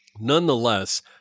nonetheless